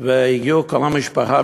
והגיעו קרובי משפחה,